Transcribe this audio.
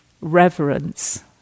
reverence